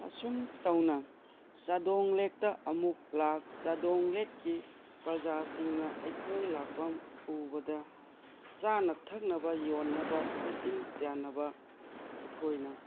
ꯑꯁꯨꯝ ꯇꯧꯅ ꯆꯥꯗꯣꯡ ꯂꯦꯛꯇ ꯑꯃꯨꯛ ꯂꯥꯛ ꯆꯥꯗꯣꯡ ꯂꯦꯛꯀꯤ ꯄ꯭ꯔꯖꯥꯁꯤꯡꯅ ꯑꯩꯈꯣꯏ ꯂꯥꯛꯄ ꯎꯕꯗ ꯆꯥꯅ ꯊꯛꯅꯕ ꯌꯣꯟꯅꯕ ꯀꯣꯏꯇꯥꯟ ꯇꯥꯟꯅꯕ ꯑꯩꯈꯣꯏꯅ